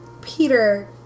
Peter